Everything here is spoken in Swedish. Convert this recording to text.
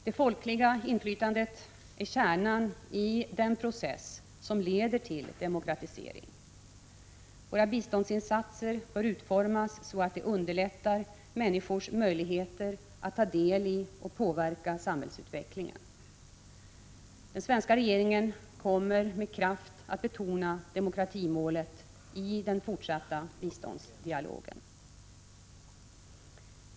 Det folkliga inflytandet är kärnan i den process som leder till demokratisering. Våra biståndsinsatser bör utformas så att de underlättar människors möjligheter att ta del i och påverka samhällsutvecklingen. Den svenska regeringen kommer med kraft att betona demokratimålet i den fortsatta biståndsdialogen.